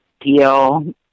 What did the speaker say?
deal